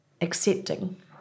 accepting